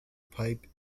pipe